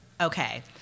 okay